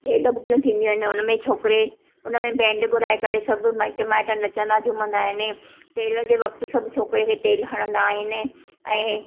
तेल ॿुकियूं थींदियूं आहिनि उन में छोकिरे उन में बेंड घुराए करे सभु मिट माइट नचंदा झूमंदा आहिनि तेल जे वक्तु छोकिरे खे तेलु हणंदा आहिनि ऐं